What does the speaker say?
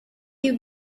you